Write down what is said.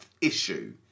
issue